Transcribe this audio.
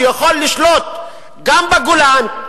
שיכול לשלוט גם בגולן,